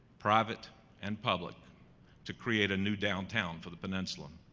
private and public to create a new downtown for the peninsula.